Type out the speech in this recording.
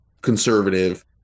conservative